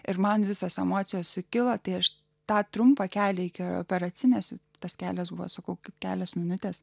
ir man visos emocijos sukilo prieš tą trumpą kelią iki operacinės ir tas kelias buvo su kauke kelias minutes